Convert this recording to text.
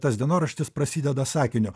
tas dienoraštis prasideda sakiniu